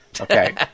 Okay